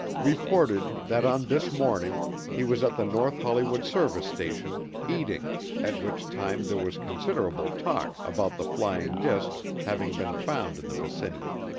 reported that on this morning he was at the north hollywood service station eating at which time there was considerable talk about the flying disc having been found in the vicinity.